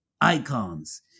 icons